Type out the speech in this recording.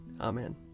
Amen